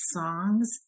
songs